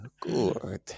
Good